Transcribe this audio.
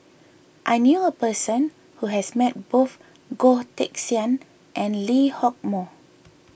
I knew a person who has met both Goh Teck Sian and Lee Hock Moh